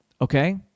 okay